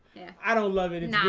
i don't love it and um